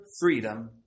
freedom